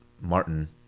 Martin